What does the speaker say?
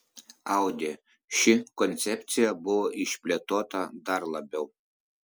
audi ši koncepcija buvo išplėtota dar labiau